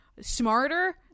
smarter